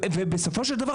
ובסופו של דבר,